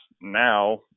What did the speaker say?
now